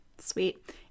sweet